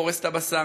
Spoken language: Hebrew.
פורס את הבשר,